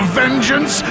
vengeance